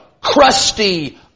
crusty